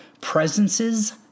presences